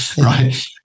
right